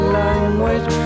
language